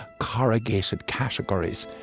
corrugated categories,